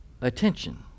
attention